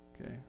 Okay